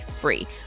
free